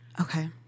Okay